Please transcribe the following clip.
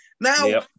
Now